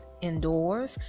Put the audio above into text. indoors